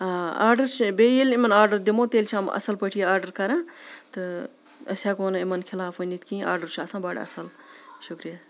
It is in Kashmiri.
آڈَر چھِ بیٚیہِ ییٚلہِ یِمَن آڈَر دِمو تیٚلہِ چھِ یِم یہِ اَصٕل پٲٹھۍ یہِ آڈَر کَران تہٕ أسۍ ہٮ۪کو نہٕ یِمَن خِلاف ؤنِتھ کِہیٖنۍ آڈَر چھُ آسان بَڑٕ اَصٕل شُکریہ